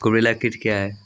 गुबरैला कीट क्या हैं?